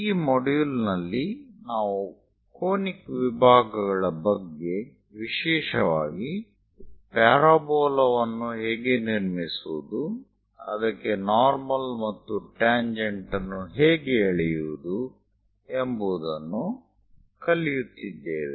ಈ ಮಾಡ್ಯೂಲ್ ನಲ್ಲಿ ನಾವು ಕೋನಿಕ್ ವಿಭಾಗಗಳ ಬಗ್ಗೆ ವಿಶೇಷವಾಗಿ ಪ್ಯಾರಾಬೋಲಾ ವನ್ನು ಹೇಗೆ ನಿರ್ಮಿಸುವುದು ಅದಕ್ಕೆ ನಾರ್ಮಲ್ ಮತ್ತು ಟ್ಯಾಂಜೆಂಟ್ ಅನ್ನು ಹೇಗೆ ಎಳೆಯುವುದು ಎಂಬುವುದನ್ನು ಕಲಿಯುತ್ತಿದ್ದೇವೆ